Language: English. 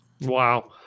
Wow